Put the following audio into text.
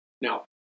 Now